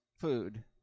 food